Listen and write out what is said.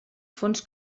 fons